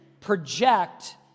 project